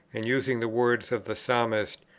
and using the words of the psalmist,